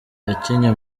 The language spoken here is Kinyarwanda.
yakinnye